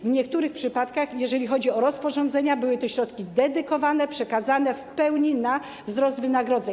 W niektórych przypadkach, jeżeli chodzi o rozporządzenia, były to środki dedykowane, przekazane w pełni na wzrost wynagrodzeń.